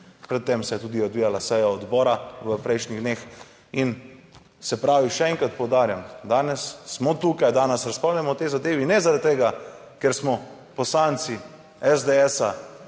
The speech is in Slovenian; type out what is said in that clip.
pred tem se je tudi odvijala seja odbora v prejšnjih dneh. In, se pravi, še enkrat poudarjam, danes smo tukaj, danes razpravljamo o tej zadevi ne zaradi tega, ker smo poslanci SDS